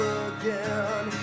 again